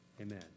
Amen